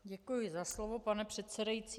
Děkuji za slovo, pane předsedající.